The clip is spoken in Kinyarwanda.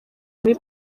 muri